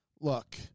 look